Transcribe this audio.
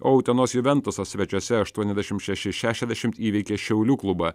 o utenos juventusas svečiuose aštuoniasdešim šeši šešiasdešimt įveikė šiaulių klubą